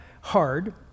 hard